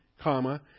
comma